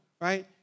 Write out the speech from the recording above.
Right